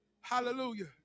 Hallelujah